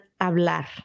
hablar